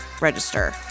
register